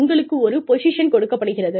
உங்களுக்கு ஒரு பொசிஷன் கொடுக்கப்படுகிறது